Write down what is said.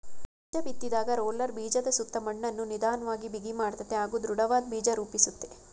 ಬೀಜಬಿತ್ತಿದಾಗ roller ಬೀಜದಸುತ್ತ ಮಣ್ಣನ್ನು ನಿಧನ್ವಾಗಿ ಬಿಗಿಮಾಡ್ತದೆ ಹಾಗೂ ದೃಢವಾದ್ ಬೀಜ ರೂಪಿಸುತ್ತೆ